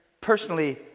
personally